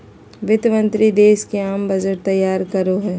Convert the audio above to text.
वित्त मंत्रि देश के आम बजट तैयार करो हइ